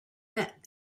met